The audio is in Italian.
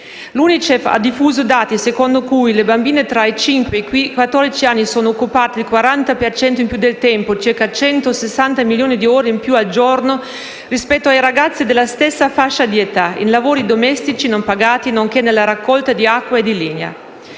L'Unicef ha diffuso dati secondo cui le bambine tra i cinque e i quattordici anni sono occupate il 40 per cento in più del tempo (circa 160 milioni di ore in più al giorno), rispetto ai ragazzi della stessa fascia di età, in lavori domestici non pagati nonché nella raccolta di acqua e di legna.